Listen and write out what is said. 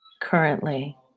currently